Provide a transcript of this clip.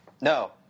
No